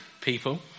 people